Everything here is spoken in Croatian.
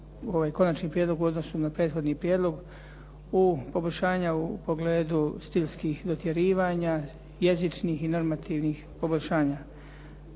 konačni prijedlog u odnosu na prethodni prijedlog u, poboljšanja u pogledu stilskih dotjerivanja, jezičnih i normativnih poboljšanja.